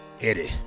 Eddie